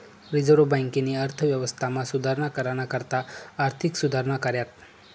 reserve बँकेनी अर्थव्यवस्थामा सुधारणा कराना करता आर्थिक सुधारणा कऱ्यात